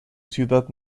ciudad